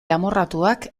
amorratuak